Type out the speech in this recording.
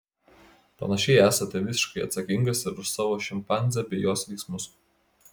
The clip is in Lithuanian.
panašiai esate visiškai atsakingas ir už savo šimpanzę bei jos veiksmus